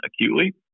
acutely